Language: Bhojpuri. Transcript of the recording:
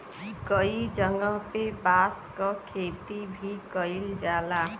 कई जगह पे बांस क खेती भी कईल जाला